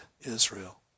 Israel